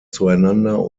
zueinander